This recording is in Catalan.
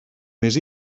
més